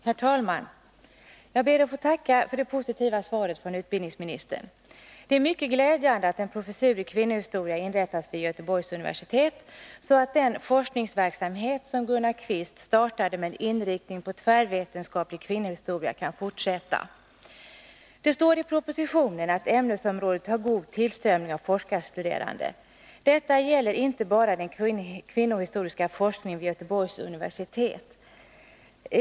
Herr talman! Jag ber att få tacka för det positiva svaret från utbildningsministern. Det är mycket glädjande att en professur i kvinnohistoria inrättas vid Göteborgs universitet, så att den forskningsverksamhet som Gunnar Qvist startade med inriktning på tvärvetenskaplig kvinnohistoria kan fortsätta. Det står i propositionen att ämnesområdet har god tillströmning av forskarstuderande. Detta gäller inte bara den kvinnohistoriska forskningen vid Göteborgs universitet.